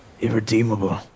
irredeemable